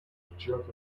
juggernaut